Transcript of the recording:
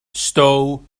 stow